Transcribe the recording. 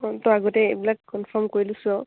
অঁ ত' আগতে এইবিলাক কনফাৰ্ম কৰি লৈছোঁ আৰু